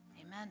Amen